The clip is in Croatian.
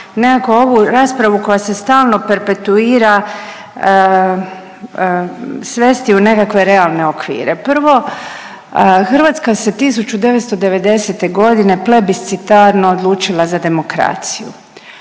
nekako ovu raspravu koja se stalno perpetuira svesti u nekakve realne okvire. Prvo, Hrvatska se 1990. godine plebiscitarno odlučila za demokraciju.